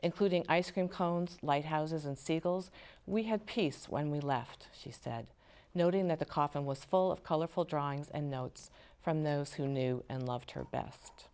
including ice cream cones lighthouses and siegel's we had peace when we left she said noting that the coffin was full of colorful drawings and notes from those who knew and loved her best